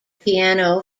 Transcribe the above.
piano